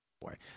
Boy